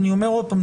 אני אומר עוד פעם,